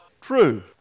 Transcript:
true